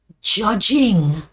judging